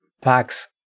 packs